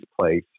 Place